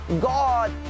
God